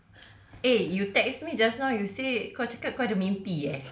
eh you text me just now you say kau cakap kau ada mimpi eh